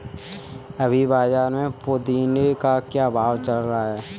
अभी बाज़ार में पुदीने का क्या भाव चल रहा है